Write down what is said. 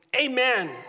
Amen